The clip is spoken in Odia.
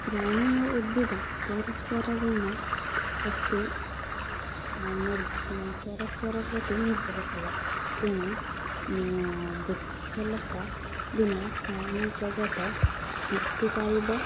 ପ୍ରାଣୀ ଓ ଉଦ୍ଭିଦ ପରସ୍ପର ବିନା ପ୍ରତି ପରସ୍ପର ପ୍ରତି ନିର୍ଭରଶୀଳ ତେଣୁ ବୃକ୍ଷଲତା ବିନା ପ୍ରାଣୀ ଜଗତ ତିଷ୍ଠିପାରିବ